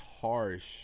harsh